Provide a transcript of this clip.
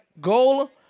goal